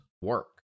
work